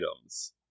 items